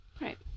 right